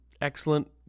Excellent